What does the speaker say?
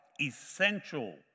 essential